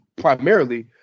primarily